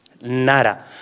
nada